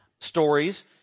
stories